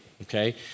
Okay